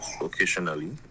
occasionally